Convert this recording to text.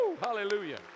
Hallelujah